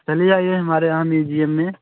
चलिए आइए हमारे यहाँ म्यूजियम में